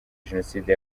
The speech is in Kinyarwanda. jenoside